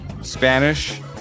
Spanish